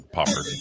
Popper